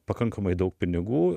pakankamai daug pinigų